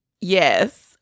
Yes